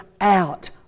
out